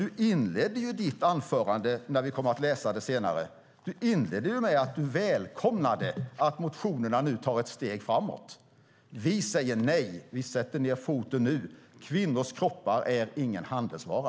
Du inledde ditt anförande med, som vi ser när vi senare kommer att läsa det, att du välkomnade att motionerna nu tar ett steg framåt. Vi säger nej och sätter nu ned foten. Kvinnors kroppar är ingen handelsvara.